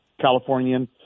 Californian